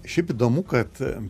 šiaip įdomu kad